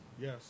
yes